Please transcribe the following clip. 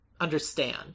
understand